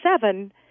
seven